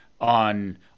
on –